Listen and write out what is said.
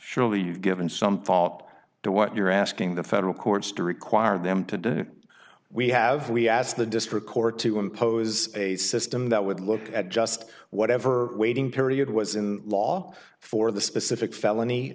you've given some thought to what you're asking the federal courts to require them to do we have we asked the district court to impose a system that would look at just whatever waiting period was in the law for the specific felony